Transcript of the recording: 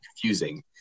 confusing